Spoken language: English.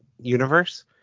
universe